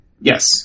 Yes